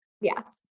Yes